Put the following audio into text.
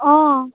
অ'